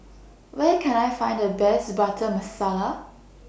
Where Can I Find The Best Butter Masala